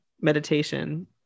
meditation